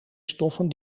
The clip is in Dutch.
stoffen